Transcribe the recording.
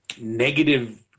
negative